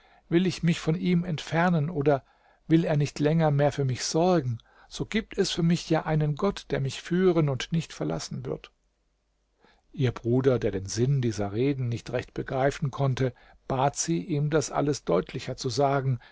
will ich mich von ihm entfernen oder will er nicht länger mehr für mich sorgen so gibt es für mich ja einen gott der mich führen und nicht verlassen wird ihr bruder der den sinn dieser reden nicht recht begreifen konnte bat sie ihm das alles deutlicher zu sagen